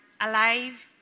alive